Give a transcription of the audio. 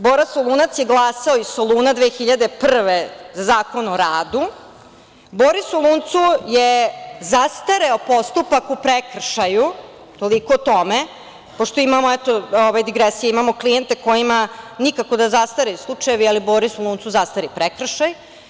Bora Solunac je glasao iz Soluna 2001. godine, Zakon o radu, Bori Soluncu je zastareo postupak u prekršaju, toliko o tome, pošto imamo digresije, imamo klijente kojima nikako da zastare slučajevi, ali Bori Soluncu zastari prekršaj.